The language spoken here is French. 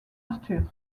arthur